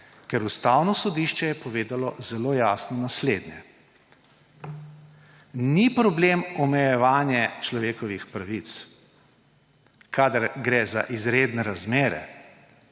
Ustavno sodišče je povedalo zelo jasno naslednje: ni problem omejevanje človekovih pravic, kadar gre za izredne razmere.